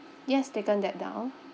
yes taken that down